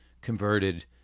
converted